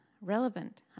relevant